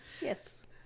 yes